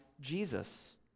Jesus